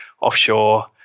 offshore